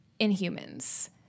Inhumans